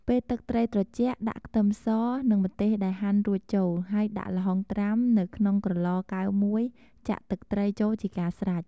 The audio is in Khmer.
ពេលទឹកត្រីត្រជាក់ ដាក់ខ្ទឹមស និងម្ទេសដែលហាន់រួចចូល ហើយដាក់ល្ហុងត្រាំនៅក្នុងក្រឡកែវមួយចាក់ទឹកត្រីចូលជាការស្រេច។